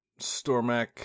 Stormak